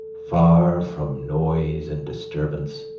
far from noise and disturbance.